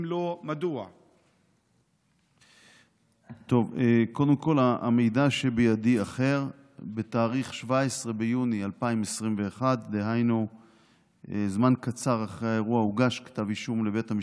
3. אם לא, מדוע?